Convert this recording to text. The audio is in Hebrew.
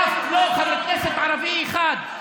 אף לא חבר כנסת ערבי אחד,